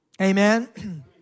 Amen